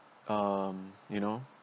uh you know